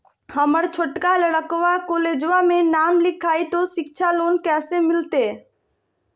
हमर छोटका लड़कवा कोलेजवा मे नाम लिखाई, तो सिच्छा लोन कैसे मिलते?